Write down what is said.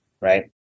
right